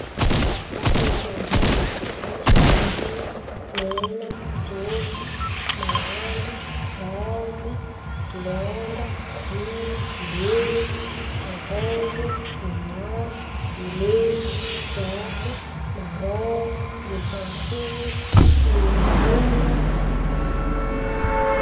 Kô kolerandreo ndraiky: misy zôn̈y, men̈a, jôby, malandy, rôzy, blôndy, gry, bleu, ôranzy, grena, viôle, verta, maron, bleu fônse, bleu mariny.